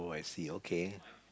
I see okay